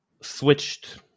switched